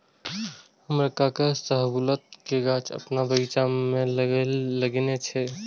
हमर काका शाहबलूत के गाछ अपन बगीचा मे लगेने छै